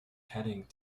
heading